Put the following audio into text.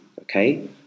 Okay